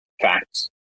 facts